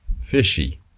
fishy